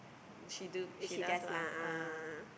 she do she does lah ah